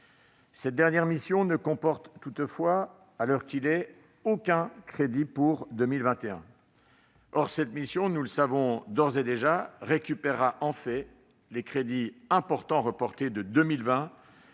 Cette dernière mission ne comporte, toutefois, à l'heure qu'il est, aucun crédit pour 2021. Or cette mission, nous le savons d'ores et déjà, récupérera des crédits importants reportés de 2020